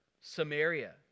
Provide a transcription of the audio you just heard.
Samaria